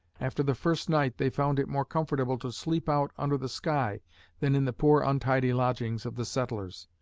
after the first night, they found it more comfortable to sleep out under the sky than in the poor, untidy lodgings of the settlers.